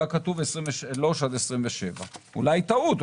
והיה כתוב 2027-2023. אולי טעות,